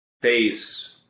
face